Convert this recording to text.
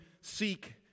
seek